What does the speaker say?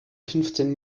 fünfzehn